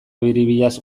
biribilaz